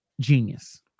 genius